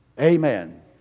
Amen